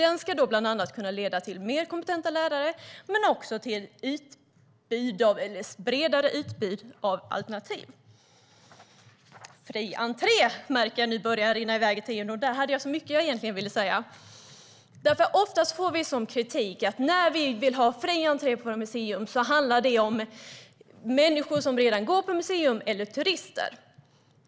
Den ska kunna leda till mer kompetenta lärare men också till bredare utbud av alternativ. Fri entré har jag mycket jag vill säga om. Oftast får vi som kritik, när vi vill ha fri entré på våra museer, att det handlar om människor som redan går på museer eller turister.